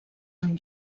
amb